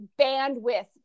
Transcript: bandwidth